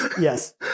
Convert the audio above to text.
Yes